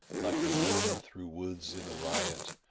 like the wind through woods in riot,